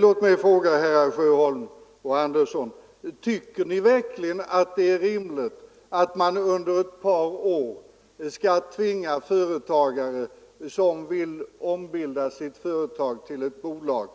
Låt mig fråga herrar Sjöholm och Andersson i Södertälje: Tycker ni verkligen att det är rimligt att man under ett par år skall tvinga en företagare, som vill ombilda sitt företag till bolag,